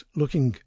looking